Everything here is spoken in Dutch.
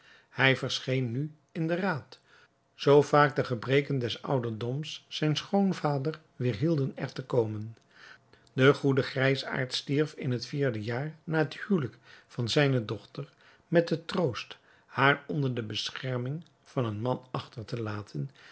hij verscheen nu in den raad zoo vaak de gebreken des ouderdoms zijn schoonvader weêrhielden er te komen deze goede grijsaard stierf in het vierde jaar na het huwelijk van zijne dochter met den troost haar onder de bescherming van een man achter te laten